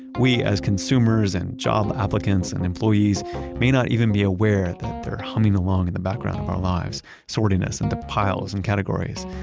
we as consumers and job applicants and employees may not even be aware that they're humming along in the background our lives, sorting us into piles and categories,